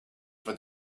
for